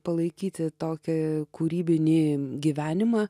palaikyti tokį kūrybinį gyvenimą